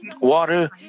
Water